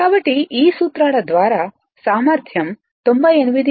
కాబట్టి ఈ సూత్రాల ద్వారా సామర్థ్యం 98